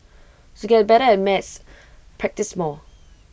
to get better at maths practise more